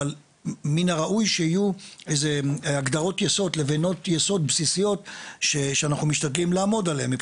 אבל מן הראוי שיהיו לבנות יסוד בסיסיות שאנחנו משתדלים לעמוד עליהם,